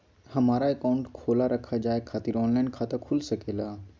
हमारा अकाउंट खोला रखा जाए खातिर ऑनलाइन खाता खुल सके ला?